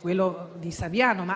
quello di Roberto Saviano -